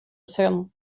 son